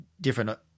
different